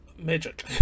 magic